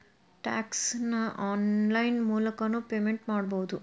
tax ನ online ಮೂಲಕನೂ payment ಮಾಡಬೌದು